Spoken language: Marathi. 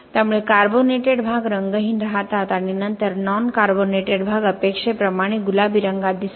त्यामुळे कार्बोनेटेड भाग रंगहीन राहतात आणि नंतर नॉन कार्बोनेटेड भाग अपेक्षेप्रमाणे गुलाबी रंगात दिसेल